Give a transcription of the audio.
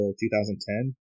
2010